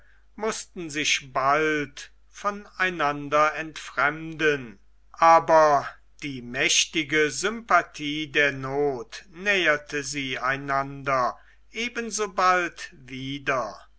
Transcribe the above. mußten sich bald von einander entfremden aber die mächtige sympathie der noth näherte sie einander eben so bald wieder